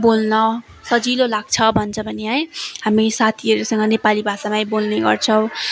बोल्न सजिलो लाग्छ भन्छ भने है हामी साथीहरूसँग नेपाली भाषामै बोल्ने गर्छौँ